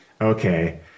okay